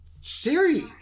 Siri